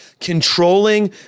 Controlling